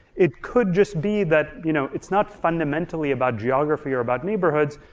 it could just be that you know it's not fundamentally about geography or about neighborhoods,